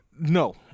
No